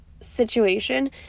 situation